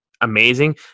amazing